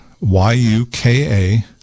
Y-U-K-A